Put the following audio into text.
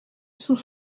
sous